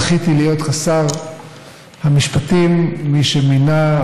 זכיתי להיות שר המשפטים שמינה,